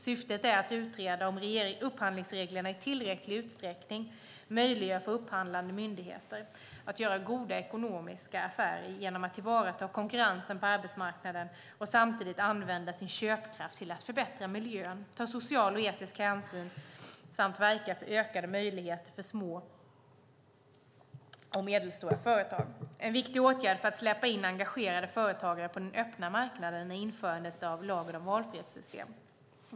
Syftet är att utreda om upphandlingsreglerna i tillräcklig utsträckning möjliggör för upphandlande myndigheter att göra goda ekonomiska affärer genom att tillvarata konkurrensen på arbetsmarknaden och samtidigt använda sin köpkraft till att förbättra miljön, ta social och etisk hänsyn samt verka för ökade möjligheter för små och medelstora företag. En viktig åtgärd för att släppa in engagerade företagare på den öppna marknaden är införandet av lagen om valfrihetssystem.